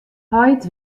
heit